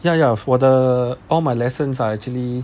ya ya 我的 all my lessons are actually